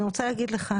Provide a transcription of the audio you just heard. אני רוצה להגיד לך,